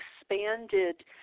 expanded